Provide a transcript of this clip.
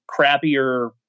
crappier